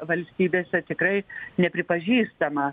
valstybėse tikrai nepripažįstama